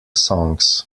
songs